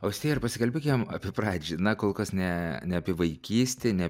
austėja ir paskelbėkim apie pradžią na kol kas ne ne apie vaikystę ne